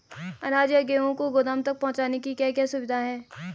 अनाज या गेहूँ को गोदाम तक पहुंचाने की क्या क्या सुविधा है?